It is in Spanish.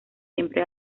siempre